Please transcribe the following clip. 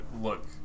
look